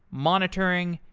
monitoring,